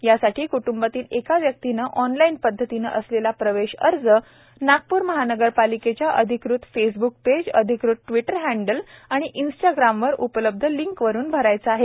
यासाठी क्ट्बातील एका व्यक्तीने ऑनलाईन पद्धतीने असलेला प्रवेश अर्ज नागपूर महानगरपालिकेच्या अधिकृत फेसब्क पेज अधिकृत ट्विटर हप्टडल आणि इंस्टाग्रामवर उपलब्ध लिंक वरुन भरायचा आहे